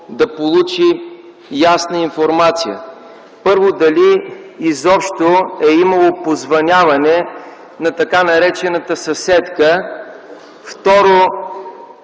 да получи ясна информация. Първо, дали изобщо е имало позвъняване на така наречената съседка? Второ,